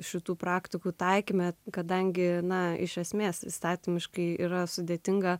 šitų praktikų taikymą kadangi na iš esmės įstatymiškai yra sudėtinga